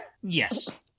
yes